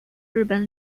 日本